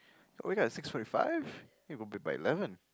we got six route five we got bed by eleven